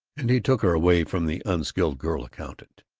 and he took her away from the unskilled girl accountant.